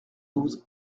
douze